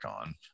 on